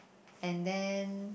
and then